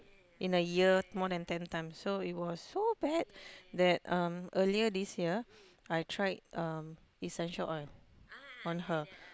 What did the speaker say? in a year more than ten times so it was so bad that um earlier this year I tried um essential oil on her